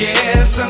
Yes